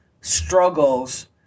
struggles